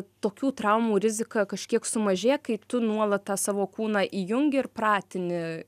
tokių traumų rizika kažkiek sumažėja kai tu nuolat tą savo kūną įjungi ir pratini